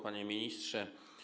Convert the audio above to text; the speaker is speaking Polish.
Panie Ministrze!